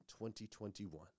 2021